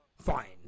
Fine